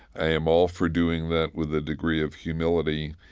i am all for doing that with a degree of humility.